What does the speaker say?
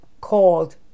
called